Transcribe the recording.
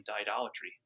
idolatry